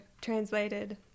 translated